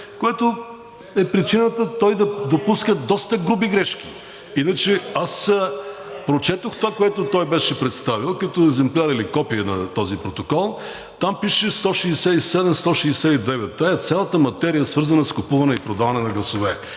което е причината той да допуска доста груби грешки. (Шум и реплики от ДПС.) Иначе аз прочетох това, което той беше представил като екземпляр или копие на този протокол. Там пишеше 167 – 169. Това е цялата материя, свързана с купуване и продаване на гласове.